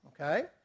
Okay